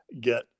get